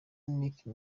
nicki